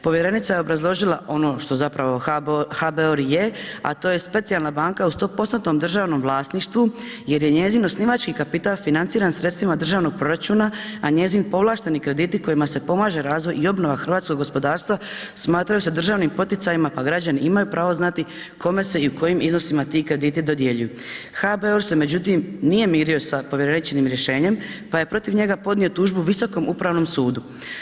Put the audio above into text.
Povjerenica je obrazložila ono što zapravo HBOR je, a to je specijalna banka u 100%-tnom državnom vlasništvu jer je njen osnivački kapital financiran sredstvima državnog proračuna a njezin povlašteni krediti kojima se pomaže razvoj i obnova hrvatskog gospodarstva smatraju se državnim poticajima pa građani imaju pravo znati kome se i u kojim iznosima ti krediti dodjeljuju HBOR se međutim nije mirio sa povjereničinim rješenjem pa je protiv njega podnio tužbu Visokom upravnom sudu.